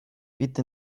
bitte